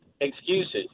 excuses